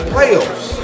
Playoffs